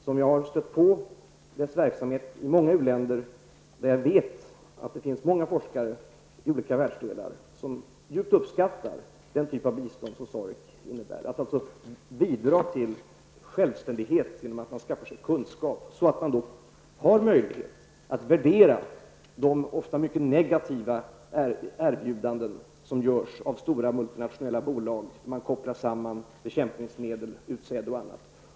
Dess verksamhet har jag stött på i många u-länder. Jag vet att det finns många forskare i olika världsdelar som djupt uppskattar den typ av bistånd som SAREC ger. Man bidrar till självständighet genom att mottagarna skaffar sig kunskap, så att de har möjlighet att värdera de ofta mycket negativa erbjudanden som görs av stora multinationella bolag. De kopplar samman bekämpningsmedel, utsäde och annat.